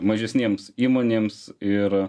mažesnėms įmonėms ir